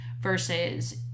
versus